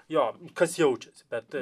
jo kas jaučiasi bet